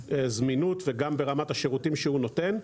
הזמינות וגם ברמת השירותים שהוא נותן.